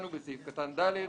בסעיף קטן (ד),